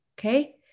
okay